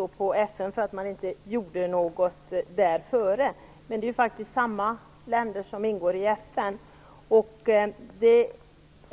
han på FN för att man inte gjorde något innan. Det är ju samma länder som ingår i FN.